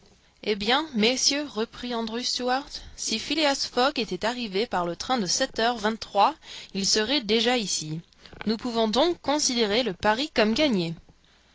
eh bien messieurs reprit andrew stuart si phileas fogg était arrivé par le train de sept heures vingt-trois il serait déjà ici nous pouvons donc considérer le pari comme gagné